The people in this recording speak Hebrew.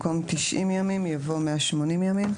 במקום "90 ימים" יבוא "180 ימים".